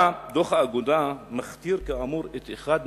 דוח האגודה מכתיר, כאמור, את אחד מפרקיו: